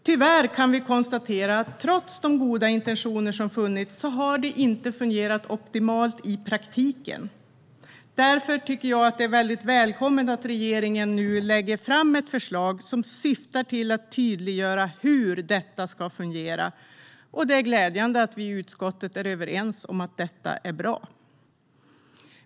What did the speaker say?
Tyvärr kan vi konstatera att trots de goda intentioner som funnits har det inte fungerat optimalt i praktiken. Därför tycker jag att det är välkommet att regeringen nu lägger fram ett förslag som syftar till att tydliggöra hur detta ska fungera. Det är glädjande att vi i utskottet är överens om att detta är bra.